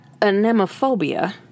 anemophobia